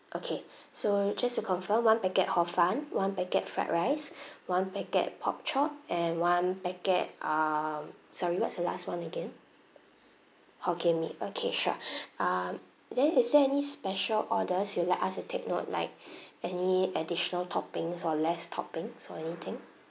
okay so just to confirm one packet hor fun one packet fried rice one packet pork chop and one packet um sorry what's the last one again hokkien mee okay sure um then is there any special orders you'd like us to take note like any additional toppings or less topping so anything